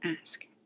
ask